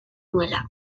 nuela